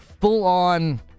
full-on